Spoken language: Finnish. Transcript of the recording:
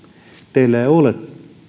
teillä ei ole